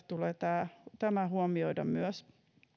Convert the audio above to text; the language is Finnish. tulee myös huomioida kansalaisaloitelaissa